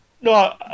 No